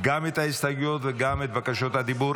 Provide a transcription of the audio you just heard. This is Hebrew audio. גם את ההסתייגויות וגם את בקשות הדיבור?